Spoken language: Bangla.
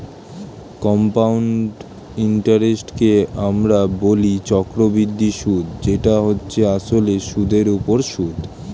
কম্পাউন্ড ইন্টারেস্টকে আমরা বলি চক্রবৃদ্ধি সুদ যেটা হচ্ছে আসলে সুদের উপর সুদ